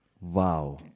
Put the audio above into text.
Wow